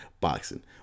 boxing